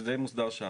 זה די מוסדר שם.